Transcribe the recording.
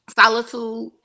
solitude